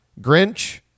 Grinch